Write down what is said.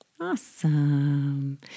Awesome